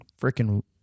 freaking